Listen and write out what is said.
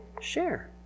share